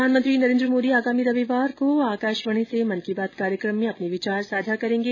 प्रधानमंत्री नरेन्द्र मोदी आगामी रविवार को आकाशवाणी से मन की बात कार्यक्रम में अपने विचार साझा करेंगे